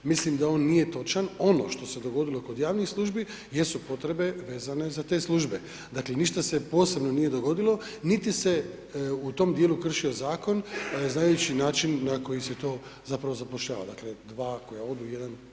Mislim da on nije točan ono što se dogodilo kod javnih službi jesu potrebe vezane za te službe, dakle ništa se posebno nije dogodilo niti se u tom dijelu kršio zakon znajući način na koji se to zapravo zapošljava, dakle 2 koja odu 1 se može primiti.